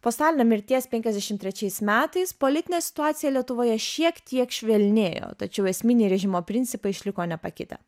po stalino mirties penkiasdešimt trečiais metais politinė situacija lietuvoje šiek tiek švelnėjo tačiau esminiai režimo principai išliko nepakitę